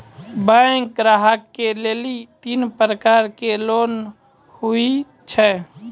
Bank ग्राहक के लेली तीन प्रकर के लोन हुए छै?